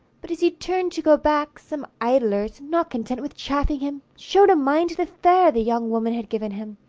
but as he turned to go back, some idlers, not content with chaffing him, showed a mind the fare the young woman had given him.